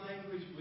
language